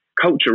culture